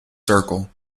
circle